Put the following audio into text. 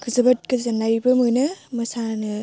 जोबोद गोजोननायबो मोनो मोसानो